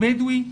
בדואי.